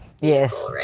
Yes